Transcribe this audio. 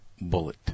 Bullet